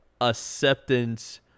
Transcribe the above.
acceptance